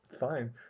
Fine